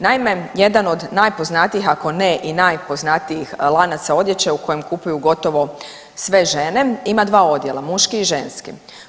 Naime, jedan od najpoznatijih ako ne i najpoznatiji lanaca odjeće u kojem kupuju gotovo sve žene ima 2 odjela, muški i ženski.